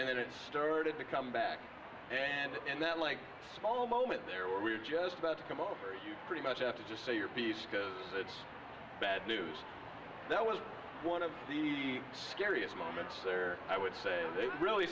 and then it started to come back and that like small moment there where we were just about to come over you pretty much after just say your piece because it's bad news that was one of the scariest moments there i would say it really